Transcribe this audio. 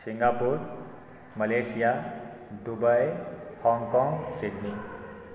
Singapore Malaysia Dubai Hong Kong Sydney